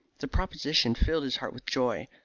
the proposition filled his heart with joy,